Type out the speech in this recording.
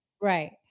Right